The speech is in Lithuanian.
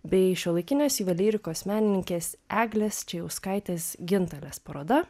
bei šiuolaikinės juvelyrikos menininkės eglės čėjauskaitės gintaras paroda